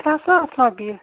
ترٛےٚ ساس رۄپیہِ